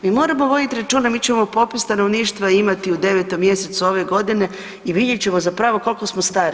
Mi moramo voditi računa, mi ćemo popis stanovništva imati u 9. mjesecu ove godine i vidjet ćemo zapravo koliko smo stari.